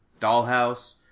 Dollhouse